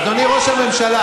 אדוני ראש הממשלה,